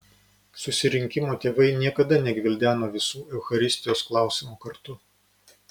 susirinkimo tėvai niekada negvildeno visų eucharistijos klausimų kartu